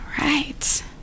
right